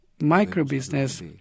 micro-business